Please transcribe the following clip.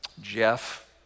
Jeff